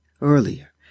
earlier